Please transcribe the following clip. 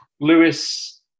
Lewis